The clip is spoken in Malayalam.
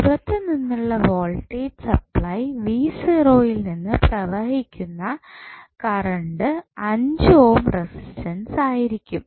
പുറത്തുനിന്നുള്ള വോൾട്ടേജ് സപ്ലൈ യിൽ നിന്ന് പ്രവഹിക്കുന്ന കറണ്ട് 5 ഓം റെസിസ്റ്റൻസ് ആയിരിക്കും